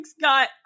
Scott